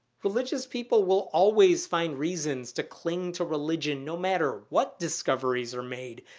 religious people will always find reasons to cling to religion, no matter what discoveries are made,